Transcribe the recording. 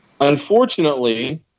Unfortunately